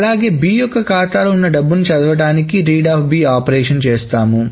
అలాగే B యొక్క ఖాతాలో ఉన్న డబ్బును చదవడానికి read ఆపరేషన్ని చేస్తాము